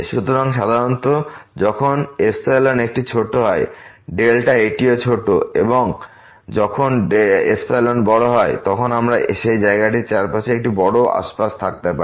সুতরাং সাধারণত যখন একটি ছোট হয় এটিও ছোট এবং যখন বড় হয় তখন আমরা সেই জায়গাটির চারপাশে একটি বড় আশেপাশ থাকতে পারি